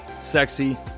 sexy